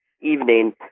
evening